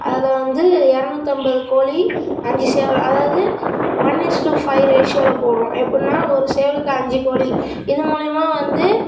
அதில் வந்து எரநூற்றைம்பது கோழி அஞ்சு சேவல் அதாவது ஒன் இஸ்ட்டு ஃபைவ் ரேஷியோவில் போடுகிறோம் எப்புடினா ஒரு சேவலுக்கு அஞ்சு கோழி இது மூலிமா வந்து